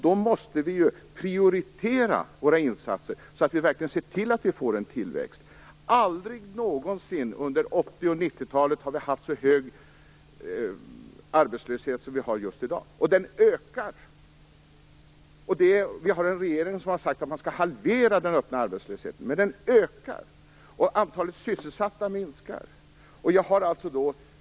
Då måste vi prioritera våra insatser så att vi verkligen ser till att vi får en tillväxt. Aldrig någonsin under 80 och 90-talet har vi haft så hög arbetslöshet som vi har just i dag, och den ökar. Vi har en regering som har sagt att man skall halvera den öppna arbetslösheten, men den ökar och antalet sysselsatta minskar.